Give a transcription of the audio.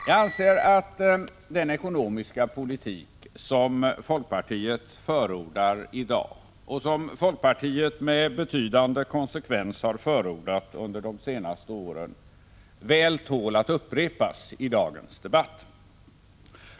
Jag anser att den ekonomiska politik som folkpartiet förordar i dag och som folkpartiet med betydande konsekvens har förordat under de senaste åren väl tål att upprepas i dagens debatt.